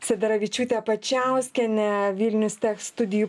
sederevičiūtė pačiauskienė vilnius tech studijų